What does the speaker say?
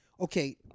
okay